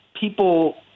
people